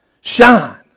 shine